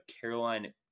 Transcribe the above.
Caroline